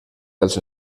dels